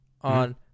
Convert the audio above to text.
on